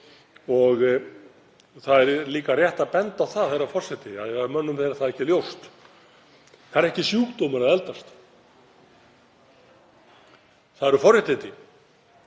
Það er líka rétt að benda á það, herra forseti, ef mönnum er það ekki ljóst, að það er ekki sjúkdómur að eldast, það eru forréttindi.